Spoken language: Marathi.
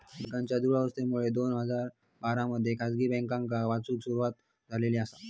बँकांच्या दुरावस्थेमुळे दोन हजार बारा मध्ये खासगी बँकांका वाचवूक सुरवात झालेली आसा